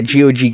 GOG